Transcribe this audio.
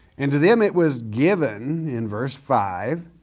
and to them it was given, in verse five,